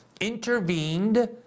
intervened